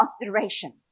consideration